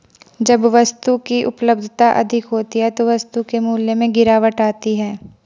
जब वस्तु की उपलब्धता अधिक होती है तो वस्तु के मूल्य में गिरावट आती है